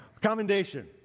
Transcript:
Commendation